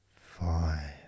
five